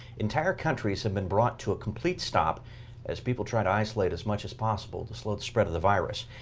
entire countries have been brought to a complete stop as people try to isolate as much as possible to slow the spread of the virus.